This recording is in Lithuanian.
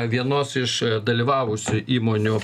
vienos iš dalyvavusių įmonių